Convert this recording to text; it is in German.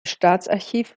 staatsarchiv